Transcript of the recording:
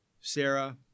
Sarah